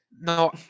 no